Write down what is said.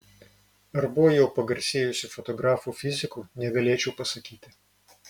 ar buvo jau pagarsėjusių fotografų fizikų negalėčiau pasakyti